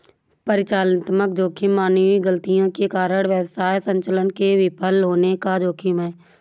परिचालनात्मक जोखिम मानवीय गलतियों के कारण व्यवसाय संचालन के विफल होने का जोखिम है